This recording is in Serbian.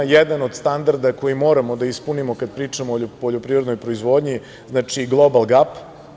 Jedan od standarda koji moramo da ispunimo kada pričamo o poljoprivrednoj proizvodnji je Global GAP.